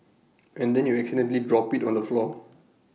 and then you accidentally drop IT on the floor